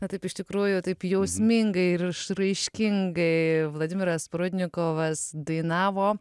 na taip iš tikrųjų taip jausmingai ir išraiškingai vladimiras prudnikovas dainavo